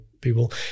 people